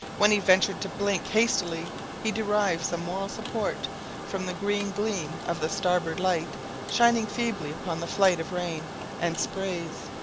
when he ventured to blink hastily, he derived some moral support from the green gleam of the starboard light shining feebly upon the flight of rain and sprays.